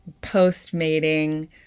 post-mating